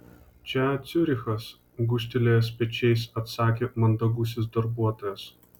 čia ciurichas gūžtelėjęs pečiais atsakė mandagusis darbuotojas